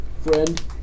friend